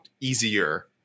easier